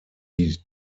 die